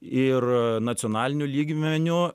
ir nacionaliniu lygmeniu